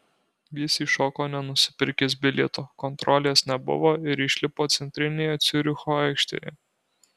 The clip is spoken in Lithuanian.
jis įšoko nenusipirkęs bilieto kontrolės nebuvo ir išlipo centrinėje ciuricho aikštėje